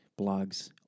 blogs